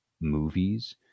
movies